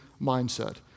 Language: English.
mindset